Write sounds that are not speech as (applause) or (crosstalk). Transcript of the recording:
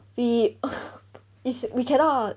we (laughs) is we cannot